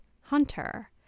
Hunter